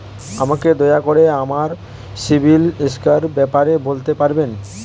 আমাকে দয়া করে আমার সিবিল স্কোরের ব্যাপারে বলতে পারবেন?